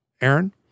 Aaron